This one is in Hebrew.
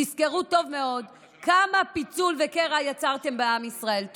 תזכרו טוב מאוד כמה פיצול וקרע יצרתם בעם ישראל.